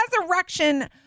resurrection